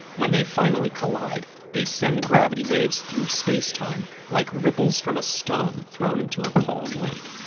when they finally collide, they send gravity waves through space-time like ripples from a stone thrown into a calm lake.